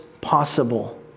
possible